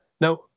Now